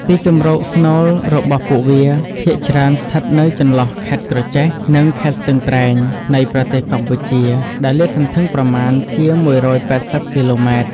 ទីជម្រកស្នូលរបស់ពួកវាភាគច្រើនស្ថិតនៅចន្លោះ ខេត្តក្រចេះ និង ខេត្តស្ទឹងត្រែង នៃប្រទេសកម្ពុជា ដែលលាតសន្ធឹងប្រមាណជា ១៨០ គីឡូម៉ែត្រ។